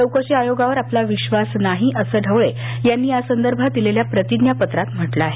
चौकशी आयोगावर आपला विश्वास नाही असं ढवळे यांनी या संदर्भात दिलेल्या प्रतिज्ञापत्रात म्हटलं आहे